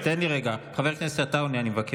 חבר הכנסת עטאונה.